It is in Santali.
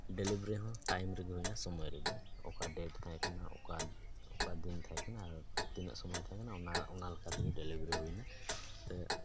ᱰᱮᱞᱤᱵᱷᱟᱨᱤ ᱦᱚᱸ ᱴᱟᱭᱤᱢ ᱨᱮᱜᱮ ᱦᱩᱭᱱᱟ ᱥᱚᱢᱚᱭ ᱨᱮᱜᱮ ᱚᱠᱟ ᱰᱮᱹᱴ ᱛᱟᱦᱮᱸ ᱠᱟᱱᱟ ᱚᱠᱟ ᱚᱠᱟ ᱫᱤᱱ ᱛᱟᱦᱮᱸ ᱠᱟᱱᱟ ᱟᱨ ᱛᱤᱱᱟᱹᱜ ᱥᱚᱢᱚᱭ ᱛᱟᱦᱮᱸ ᱠᱟᱱᱟ ᱚᱱᱟ ᱚᱱᱟ ᱞᱮᱠᱟ ᱛᱮᱜᱮ ᱰᱮᱞᱤᱵᱷᱟᱨᱤ ᱦᱩᱭᱮᱱᱟ